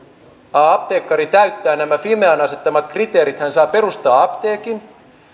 apteekkari täyttää nämä fimean asettamat kriteerit hän saa perustaa apteekin